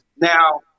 Now